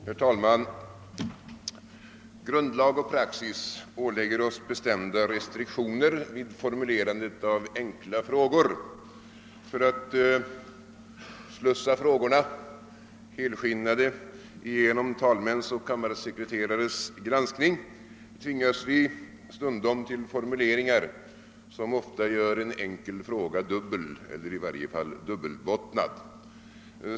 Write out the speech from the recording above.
Herr talman! Grundlag och praxis ålägger oss bestämda restriktioner vid formulerandet av enkla frågor. För att slussa frågorna helskinnade igenom talmäns och kammarsekreterares granskning tvingas vi stundom till formuleringar, som ofta gör en enkel fråga dubbel eller i varje fall dubbelbottnad.